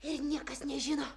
ir niekas nežino